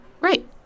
Right